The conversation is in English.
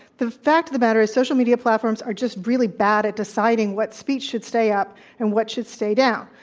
the fact of the matter is social media platforms are just really bad at deciding what speech should stay up and what should stay down.